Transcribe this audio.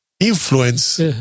influence